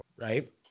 Right